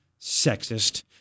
Sexist